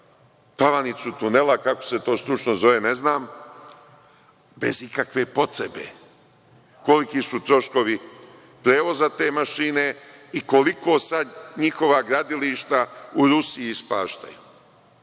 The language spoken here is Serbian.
tavanicu tunela, kako se to stručno zove, ne znam, bez ikakve potrebe. Koliki su troškovi prevoza te mašine i koliko sada njihova gradilišta u Rusiji ispaštaju. Naše